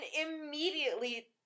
immediately